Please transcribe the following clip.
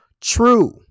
True